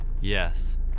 Yes